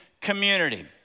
community